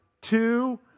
two